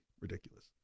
ridiculous